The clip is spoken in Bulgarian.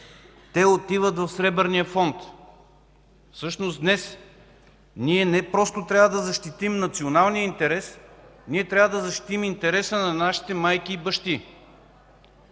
отиват в Сребърния фонд. Всъщност днес ние не просто трябва да защитим националния интерес, трябва да защитим интереса на нашите майки и бащи.